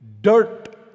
dirt